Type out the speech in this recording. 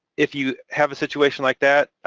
if you have a situation like that,